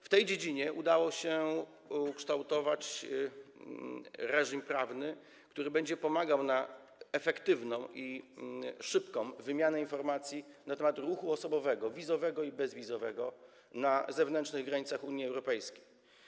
W tej dziedzinie udało się ukształtować reżim prawny, który będzie wspomagał efektywną i szybką wymianę informacji na temat ruchu osobowego wizowego i bezwizowego na zewnętrznych granicach Unii Europejskiej.